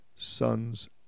sons